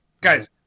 guys